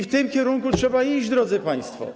W tym kierunku trzeba iść, drodzy państwo.